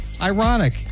ironic